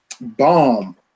bomb